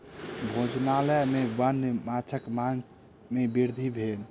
भोजनालय में वन्य माँछक मांग में वृद्धि भेल